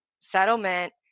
settlement